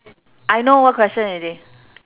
I know what question already